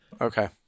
Okay